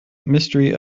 mystery